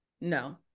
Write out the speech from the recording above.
No